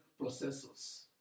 processors